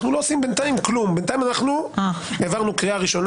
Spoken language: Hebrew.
בינתיים אנחנו לא עושים כלום.